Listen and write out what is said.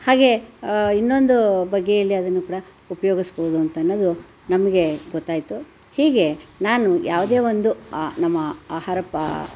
ಹಾಗೇ ಇನ್ನೊಂದು ಬಗೆಯಲ್ಲಿ ಅದನ್ನು ಕೂಡ ಉಪ್ಯೋಗಿಸ್ಬೋದು ಅಂತ ಅನ್ನೋದು ನಮಗೆ ಗೊತ್ತಾಯಿತು ಹೀಗೆ ನಾನು ಯಾವುದೇ ಒಂದು ಆ ನಮ್ಮ ಆಹಾರ ಪ